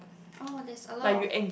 oh there's a lot of